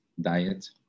diet